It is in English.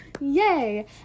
Yay